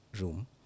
room